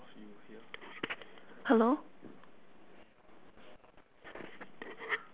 could you hear